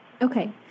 Okay